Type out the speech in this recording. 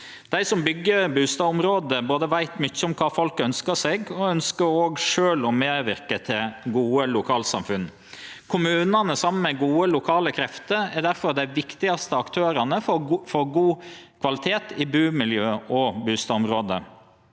Dei som byggjer bustadområde, veit mykje om kva folk ønskjer seg, og dei ønskjer òg sjølve å medverke til gode lokalsamfunn. Kommunane, saman med gode lokale krefter, er difor dei viktigaste aktørane for god kvalitet i bumiljø og bustadområde.